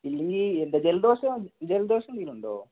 ഇല്ലെങ്കിൽ എന്താ ജലദോഷം ജലദോഷം എന്തെങ്കിലുമുണ്ടോ